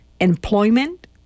employment